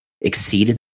exceeded